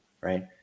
right